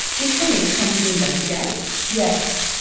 did police come to investigate? yes.